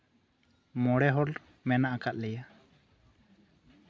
ᱢᱚᱬᱮ ᱦᱚᱲ ᱢᱮᱱᱟᱜ ᱟᱠᱟᱫ ᱞᱮᱭᱟ